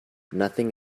nothing